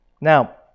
Now